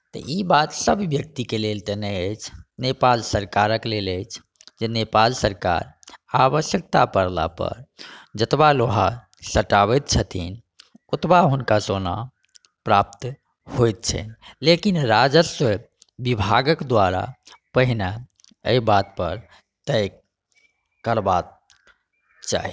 तऽ ई बात सभ व्यक्तिके लेल तऽ नहि अछि नेपाल सरकारके लेल अछि जे नेपाल सरकार आवश्यकाता पड़ला पर जतबा लोहा सटाबैत छथिन ओतबा हुनका सोना प्राप्त होइत छै लेकिन राजस्व विभागक द्वारा पहिने अहि बात पर तय करबाक चाही